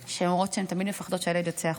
שאומרות שהן תמיד מפחדות כשהילד יוצא החוצה.